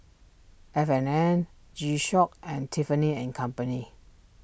F and N G Shock and Tiffany and Company